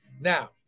now